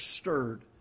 stirred